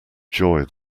joy